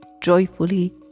joyfully